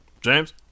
James